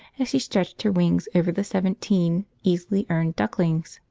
as she stretched her wings over the seventeen easily-earned ducklings.